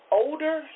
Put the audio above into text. older